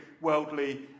worldly